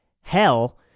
hell